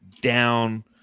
down